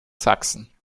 sachsen